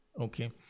Okay